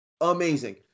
amazing